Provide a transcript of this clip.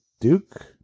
Duke